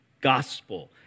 gospel